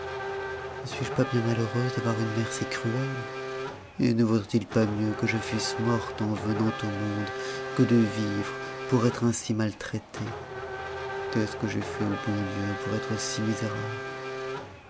ne suis-je pas bien malheureuse d'avoir une mère si cruelle et ne vaudrait-il pas mieux que je fusse morte en venant au monde que de vivre pour être ainsi maltraitée qu'est-ce que j'ai fait au bon dieu pour être si misérable